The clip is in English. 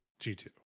G2